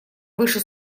выше